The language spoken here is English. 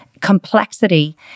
complexity